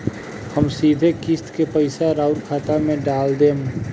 हम सीधे किस्त के पइसा राउर खाता में डाल देम?